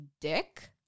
dick